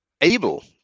able